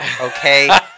okay